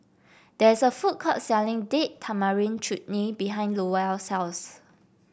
there is a food court selling Date Tamarind Chutney behind Lowell's house